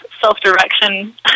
self-direction